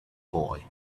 boy